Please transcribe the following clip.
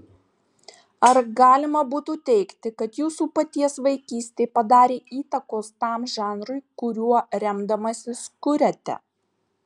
ar galima būtų teigti kad jūsų paties vaikystė padarė įtakos tam žanrui kuriuo remdamasis kuriate